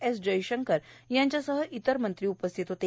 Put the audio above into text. S Jaishankar यांच्यासह इतर मंत्री उपस्थित होते